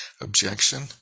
Objection